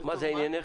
מה זה עניינך?